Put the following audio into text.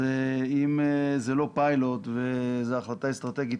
אם זה לא פיילוט אלא זו החלטה אסטרטגית,